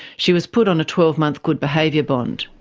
she was put on a twelve month good behaviour bond.